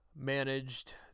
managed